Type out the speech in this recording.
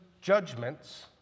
judgments